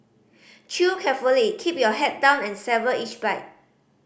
Chew carefully keep your head down and savour each bite